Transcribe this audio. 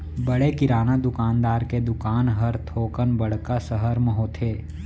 बड़े किराना दुकानदार के दुकान हर थोकन बड़का सहर म होथे